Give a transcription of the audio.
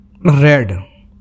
red